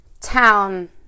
town